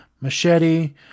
machete